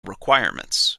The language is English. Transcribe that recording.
requirements